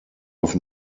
auf